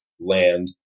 land